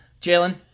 Jalen